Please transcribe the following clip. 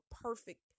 perfect